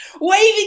waving